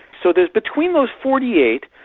so there's between those forty eight,